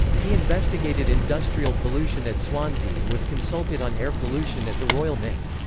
he investigated industrial pollution at swansea and was consulted on air pollution at the royal mint.